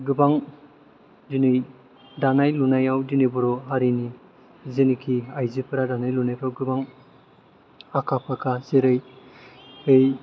गोबां दिनै दानाय लुनायाव दिनै बर' हारिनि जिनेखि आइजोफोरा दानाय लुनायफ्राव गोबां आखा फाखा जेरै